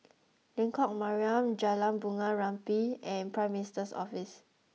Lengkok Mariam Jalan Bunga Rampai and Prime Minister's Office